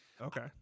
Okay